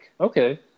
okay